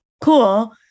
cool